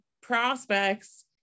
prospects